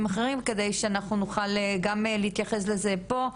אחרים על מנת שאנחנו נוכל גם להתייחס לזה פה.